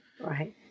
Right